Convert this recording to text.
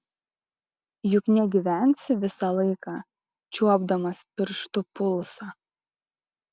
juk negyvensi visą laiką čiuopdamas pirštu pulsą